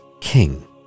king